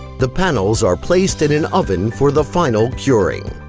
the panels are placed in an oven for the final curing.